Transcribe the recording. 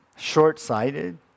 Short-sighted